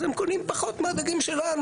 אז הם קונים פחות מהדגים שלנו.